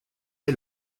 est